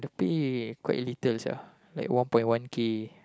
pay quite little sia like one point one K